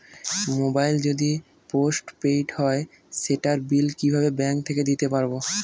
Mobile যদি postpaid হয় সেটার বিল কিভাবে ব্যাংক থেকে দিতে পারব?